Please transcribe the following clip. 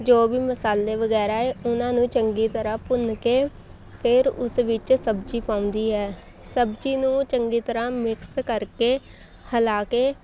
ਜੋ ਵੀ ਮਸਾਲੇ ਵਗੈਰਾ ਏ ਉਹਨਾਂ ਨੂੰ ਚੰਗੀ ਤਰ੍ਹਾਂ ਭੁੰਨ ਕੇ ਫਿਰ ਉਸ ਵਿੱਚ ਸਬਜ਼ੀ ਪਾਉਂਦੀ ਹੈ ਸਬਜ਼ੀ ਨੂੰ ਚੰਗੀ ਤਰ੍ਹਾਂ ਮਿਕਸ ਕਰਕੇ ਹਿਲਾ ਕੇ